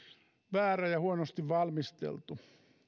väärä ja huonosti valmisteltu